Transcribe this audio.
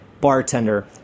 bartender